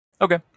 Okay